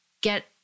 get